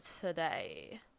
today